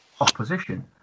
opposition